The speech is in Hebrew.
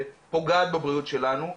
ופוגעת בבריאות שלנו,